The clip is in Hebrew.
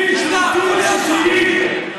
מנעה מעשרות אלפי אזרחים,